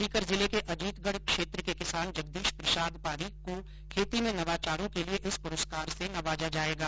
सीकर जिले के अजीतगढ़ क्षेत्र के किसान जगदीश प्रसाद पारीक को खेती में नवाचारों के लिए इस प्रस्कार से नवाजा जाएगा